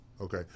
Okay